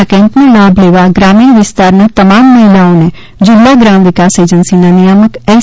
આ કેમ્પનો લાભ લેવા ગ્રામીણ વિસ્તારના તમામ મહિલાઓને જિલ્લા ગ્રામ વિકાસ એજન્સીના નિયામક એસ